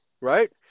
right